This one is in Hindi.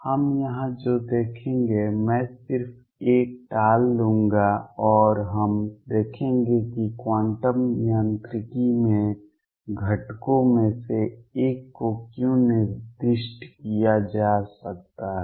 हम यहां जो देखेंगे मैं सिर्फ एक टाल दूंगा और हम देखेंगे कि क्वांटम यांत्रिकी में घटकों में से एक को क्यों निर्दिष्ट किया जा सकता है